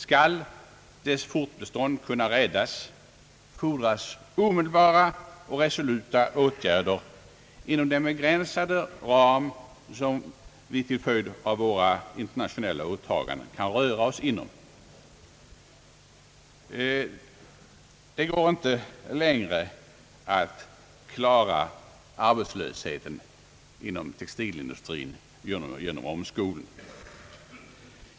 Skall denna industris fortbestånd kunna räddas, fordras omedelbara och resoluta åtgärder inom den begränsade ram, som vi till följd av våra internationella åtaganden kan röra oss inom. Det går inte längre att klara arbetslösheten inom textilindustrin enbart genom omskolning.